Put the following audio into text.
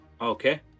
Okay